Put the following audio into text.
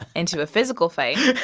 into a physical fight.